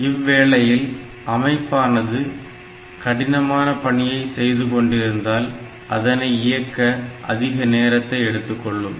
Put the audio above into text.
இவ்வேளையில் அமைப்பானது கடினமான பணியை செய்துகொண்டிருந்தால் அதனை இயக்க அதிக நேரத்தை எடுத்துக்கொள்ளும்